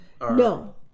No